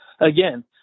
again